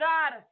God